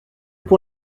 pour